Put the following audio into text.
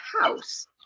house